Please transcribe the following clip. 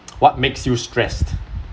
what makes you stressed